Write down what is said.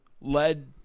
led –